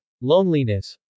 Loneliness